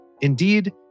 Indeed